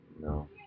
No